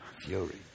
Fury